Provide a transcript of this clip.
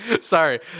Sorry